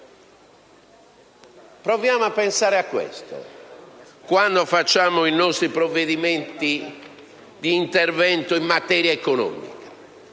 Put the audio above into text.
Proviamo a pensare a questo quando facciamo i nostri provvedimenti d'intervento in materia economica.